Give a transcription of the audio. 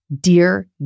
Dear